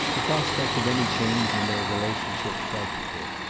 the prospect of any change in their relationship frightened her.